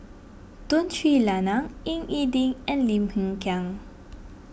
Tun Sri Lanang Ying E Ding and Lim Hng Kiang